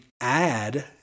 add